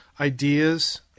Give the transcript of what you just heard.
ideas